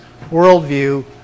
worldview